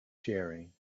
sharing